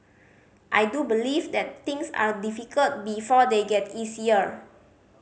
I do believe that things are difficult before they get easier